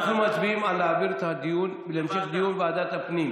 אנחנו מצביעים על המשך דיון בוועדת הפנים.